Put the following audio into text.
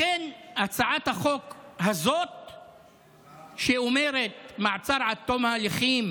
לכן הצעת החוק הזאת אומרת: מעצר עד תום ההליכים